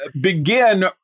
begin